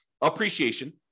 Appreciation